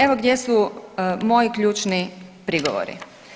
Evo gdje su moji ključni prigovori.